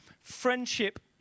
friendship